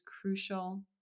crucial